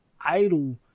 idol